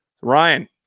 ryan